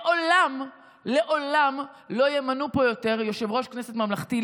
לעולם לא ימנו פה יותר יושב-ראש כנסת ממלכתי.